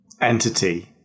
entity